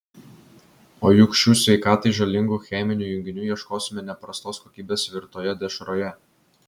o juk šių sveikatai žalingų cheminių junginių ieškosime ne prastos kokybės virtoje dešroje